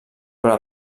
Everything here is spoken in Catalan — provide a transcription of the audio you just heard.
però